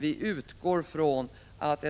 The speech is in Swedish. Vi utgår från att